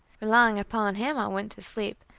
relying upon him, i went to sleep,